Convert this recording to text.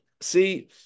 see